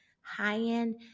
high-end